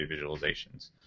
visualizations